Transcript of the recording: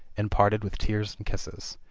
and parted with tears and kisses.